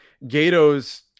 Gato's